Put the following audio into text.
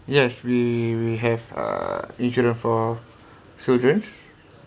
yes we have err insurance for children